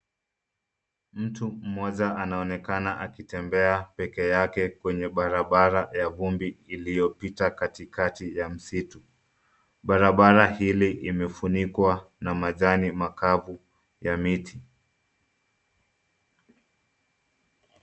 Mtu mmoja anaonekana akitembea peke yake kwenye barabara ya vumbi iliyopita katikati ya msitu. Barabara hili imefunikwa na majani makavu ya miti.